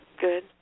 Good